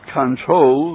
control